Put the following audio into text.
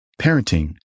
parenting